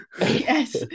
Yes